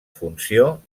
funció